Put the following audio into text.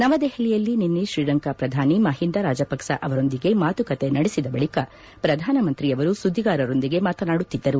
ನವದೆಹಲಿಯಲ್ಲಿ ನಿನ್ನೆ ಶ್ರೀಲಂಕಾ ಪ್ರಧಾನಿ ಮಹಿಂದಾ ರಾಜಪಕ್ಷ ಅವರೊಂದಿಗೆ ಮಾತುಕತೆ ನಡೆಸಿದ ಬಳಿಕ ಪ್ರಧಾನಮಂತ್ರಿಯವರು ಸುದ್ದಿಗಾರರೊಂದಿಗೆ ಮಾತನಾಡುತ್ತಿದ್ದರು